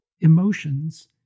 emotions